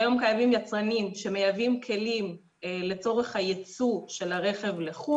כיום קיימים יצרנים שמהווים כלים לצורך הייצוא של הרכב לחו"ל.